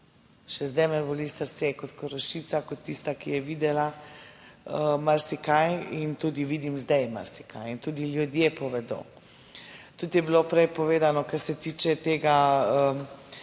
Še zdaj me boli srce kot Korošica, kot tista, ki je videla, marsikaj, in tudi vidim zdaj marsikaj in tudi ljudje povedo. Tudi je bilo prej povedano, kar se tiče tega,